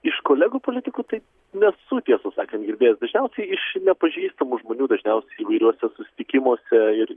iš kolegų politikų tai nesu tiesą sakant girdėjęs dažniausiai iš nepažįstamų žmonių dažniausiai įvairiuose susitikimuose ir